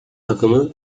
takımı